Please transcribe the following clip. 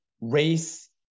race